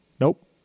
Nope